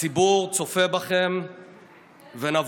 הציבור צופה בכם ונבוך.